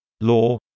law